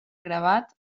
gravat